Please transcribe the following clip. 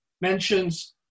mentions